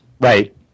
Right